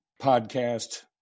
podcast